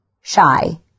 shy